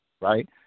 right